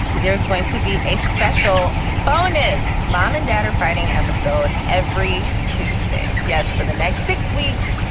there's going to be a special bonus. mom and dad are fighting episode every tuesday. yes. for the next six weeks.